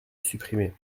supprimer